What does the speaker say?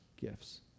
gifts